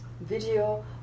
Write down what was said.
video